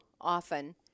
often